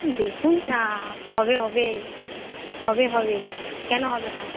দেখুন না হবে হবে হবে হবে কেন হবে না